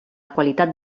qualitat